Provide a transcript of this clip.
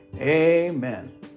Amen